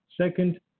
Second